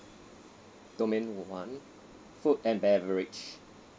domain one food and beverage